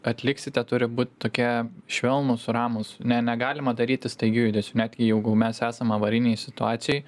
atliksite turi būt tokie švelnūs ramūs ne negalima daryti staigių judesių net jau jeigu mes esam avarinėj situacijoj